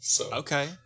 Okay